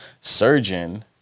surgeon